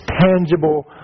tangible